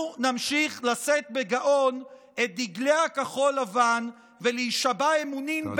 אנחנו נמשיך לשאת בגאון את דגלי הכחול לבן ולהישבע אמונים,